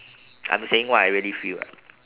I'm saying what I really feel lah